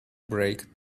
break